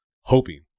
hoping